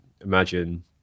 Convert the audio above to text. imagine